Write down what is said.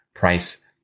price